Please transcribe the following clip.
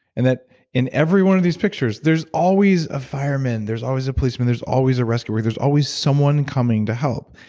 and in every one of these pictures, there's always a fireman. there's always a policeman there's always a rescuer. there's always someone coming to help,